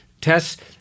tests